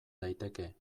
daiteke